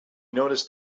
noticed